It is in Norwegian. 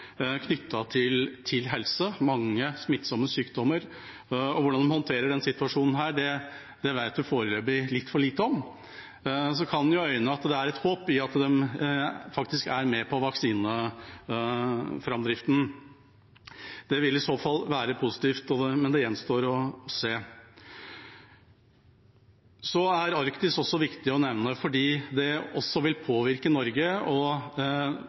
til helse – med mange smittsomme sykdommer. Hvordan de håndterer denne situasjonen, vet vi foreløpig litt for lite om. En kan jo øyne et håp i at de faktisk er med på vaksineframdriften. Det vil i så fall være positivt, men det gjenstår å se. Arktis er viktig å nevne fordi det også vil påvirke Norge og